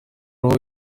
uruhu